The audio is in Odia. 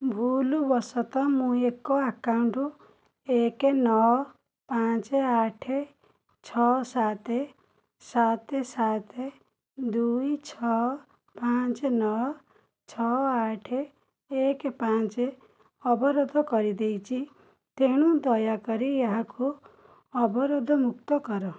ଭୁଲବଶତଃ ମୁଁ ଏକ ଆକାଉଣ୍ଟ ଏକ୍ ନଅ ପାଞ୍ଚ ଆଠ ଛଅ ସାତ୍ ସାତ୍ ସାତ୍ ଦୁଇ ଛଅ ପାଞ୍ଚ ନଅ ଛଅ ଆଠ ଏକ୍ ପାଞ୍ଚ ଅବରୋଧ କରିଦେଇଛି ତେଣୁ ଦୟାକରି ଏହାକୁ ଅବରୋଧମୁକ୍ତ କର